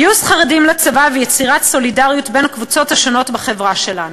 גיוס חרדים לצבא ויצירת סולידריות בין הקבוצות בחברה שלנו.